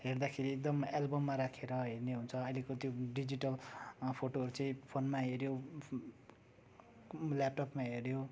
हेर्दाखेरि एकदम एल्बममा राखेर हेर्ने हुन्छ अहिलेको त्यो डिजिटल फोटोहरू चाहिँ फोनमा हेर्यो ल्यापटपमा हेर्यो